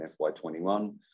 FY21